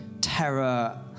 terror